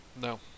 No